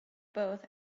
both